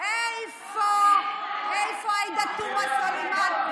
איפה עאידה תומא סלימאן?